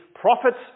profits